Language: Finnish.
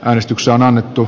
äänestykseen annettu